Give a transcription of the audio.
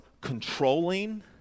controlling